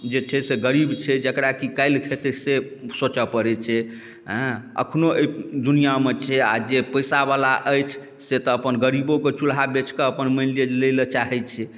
जे छै से गरीब छै जकरा कि काल्हि खेतै से सोचऽ पड़ै छै एँ एखनो अइ दुनिआँमे छै आओर जे पइसावला अछि से तऽ अपन गरीबोके चुल्हा बेचकऽ अपन मानि लिअऽ लैलए चाहै छै